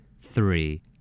Three